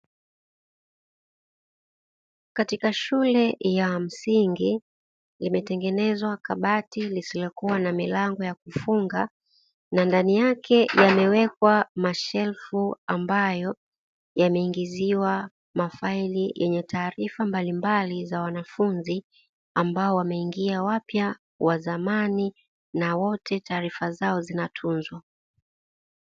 Katika shule ya msingi, limetengenezwa kabati lisilokuwa na milango ya kufunga na ndani yake yamewekwa mashelfu ambayo yameingiziwa mafaili yenye taarifa mbalimbali za wanafunzi, ambao wameingia wapya, wa zamani na wote taarifa zao zinatunzwa.